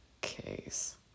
case